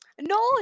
No